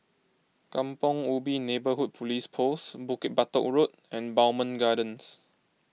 Kampong Ubi Neighbourhood Police Post Bukit Batok Road and Bowmont Gardens